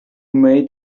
may